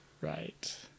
right